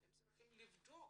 צריך לבדוק